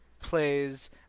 Plays